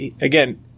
Again